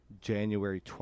January